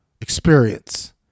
experience